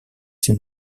ses